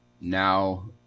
Now